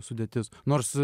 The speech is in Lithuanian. sudėtis nors